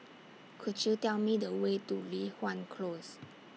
Could YOU Tell Me The Way to Li Hwan Close